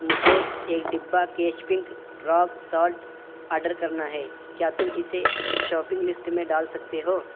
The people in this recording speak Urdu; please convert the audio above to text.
مجھے ایک ڈبہ کیچ پنک راک سالٹ آڈر کرنا ہے کیا تم اسے شاپنگ لسٹ میں ڈال سکتے ہو